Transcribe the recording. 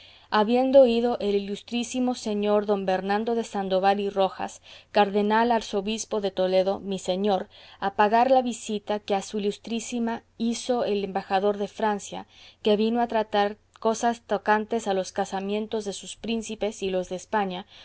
habiendo ido el ilustrísimo señor don bernardo de sandoval y rojas cardenal arzobispo de toledo mi señor a pagar la visita que a su ilustrísima hizo el embajador de francia que vino a tratar cosas tocantes a los casamientos de sus príncipes y los de españa